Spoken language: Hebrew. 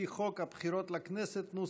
לפי חוק הבחירות לכנסת ,